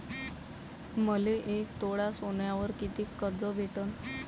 मले एक तोळा सोन्यावर कितीक कर्ज भेटन?